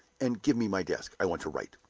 and give me my desk. i want to write.